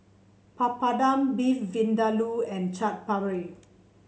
Papadum Beef Vindaloo and Chaat Papri